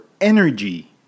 energy